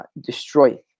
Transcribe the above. destroy